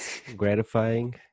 gratifying